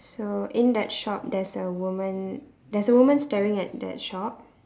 so in that shop there's a woman there's a woman staring at that shop